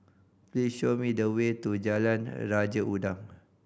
please show me the way to Jalan Raja Udang